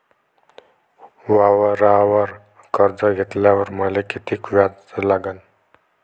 वावरावर कर्ज घेतल्यावर मले कितीक व्याज लागन?